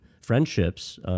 friendships